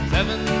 Seven